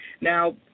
Now